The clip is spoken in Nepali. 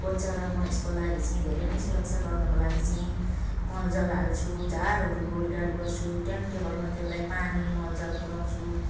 खोज्छ र म यसको लागि चाहिँ धेरै नै सुरक्षा गर्नुको लागि चाहिँ मल जल हाल्छु झारहरू गोड गाड गर्छु टाइम टेबलमा त्यसलाई पानी मल जल पुर्याउँछु